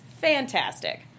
fantastic